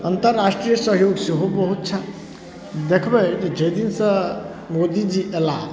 अन्तराष्ट्रीय सहयोग सेहो बहुत छनि देखबै जे जाहि दिनसँ मोदीजी अयला